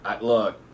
Look